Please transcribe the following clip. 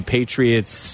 Patriots